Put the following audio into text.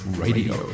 radio